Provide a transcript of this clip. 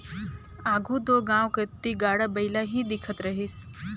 आघु दो गाँव कती गाड़ा बइला ही दिखत रहिस